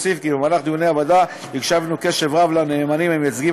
אוסיף כי במהלך דיוני הוועדה הקשבנו בקשב רב לנאמנים המייצגים